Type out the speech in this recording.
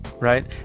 right